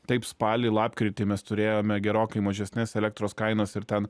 taip spalį lapkritį mes turėjome gerokai mažesnes elektros kainas ir ten